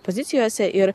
pozicijose ir